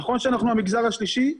נכון שאנחנו המגזר השלישי,